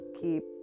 keep